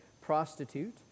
prostitute